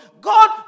God